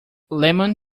lemon